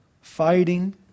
fighting